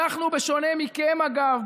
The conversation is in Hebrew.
אנחנו, בשונה מכם, אגב,